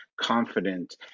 confident